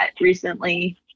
recently